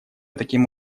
таким